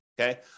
okay